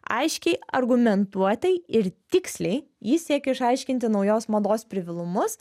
aiškiai argumentuotai ir tiksliai ji siekė išaiškinti naujos mados privalumus